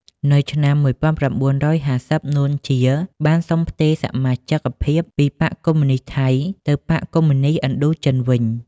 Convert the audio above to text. នៅឆ្នាំ១៩៥០ នួន ជា បានសុំផ្ទេរសមាជិកភាពពីបក្សកុម្មុយនិស្តថៃ ទៅបក្សកុម្មុយនិស្តឥណ្ឌូចិនវិញ។